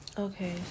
Okay